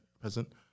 present